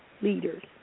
leaders